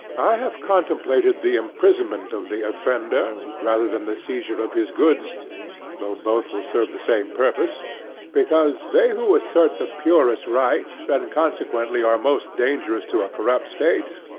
i have contemplated the imprisonment of the offender, rather than the seizure of his goods though both will serve the same purpose because they who assert the purest right, and consequently are most dangerous to a corrupt state,